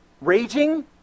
raging